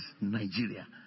Nigeria